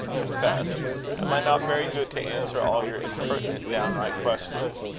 confess. am i not very good to answer all your impertinent downright questions?